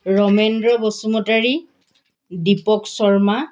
Ramendra Basumatary Dipak Sharma